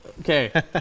Okay